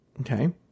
okay